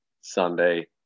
sunday